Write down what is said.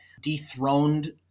dethroned